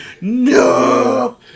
No